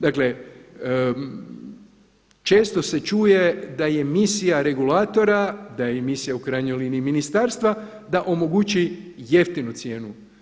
Dakle, često se čuje da je misija regulatora, da je misija u krajnjoj liniji ministarstva da omogući jeftinu cijenu.